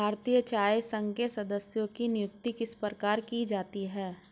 भारतीय चाय संघ के सदस्यों की नियुक्ति किस प्रकार की जाती है?